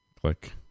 Click